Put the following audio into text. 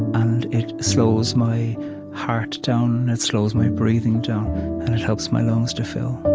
and it slows my heart down it slows my breathing down, and it helps my lungs to fill